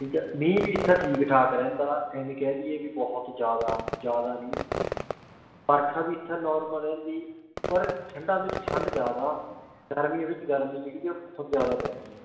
ਠੀਕ ਹੈ ਮੀਂਹ ਵੀ ਇੱਥੇ ਠੀਕ ਠਾਕ ਰਹਿੰਦਾ ਐਵੇਂ ਕਹਿ ਦਈਏ ਵੀ ਬਹੁਤ ਜ਼ਿਆਦਾ ਜ਼ਿਆਦਾ ਨਹੀਂ ਵਰਖਾਂ ਵੀ ਇੱਥੇ ਨੋਰਮਲ ਰਹਿੰਦੀ ਪਰ ਠੰਢਾਂ ਵਿੱਚ ਠੰਢ ਜ਼ਿਆਦਾ ਗਰਮੀਆਂ ਵਿੱਚ ਗਰਮੀ ਜਿਹੜੀ ਹੈ ਬਹੁਤ ਜ਼ਿਆਦਾ ਪੈਂਦੀ ਵੀਰੇ